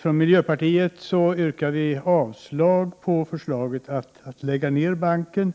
Från miljöpartiet yrkar vi avslag på förslaget att lägga ner banken.